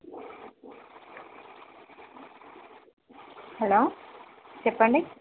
hello చెప్పండి